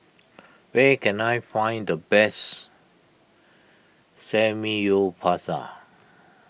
where can I find the best Samgyeopsal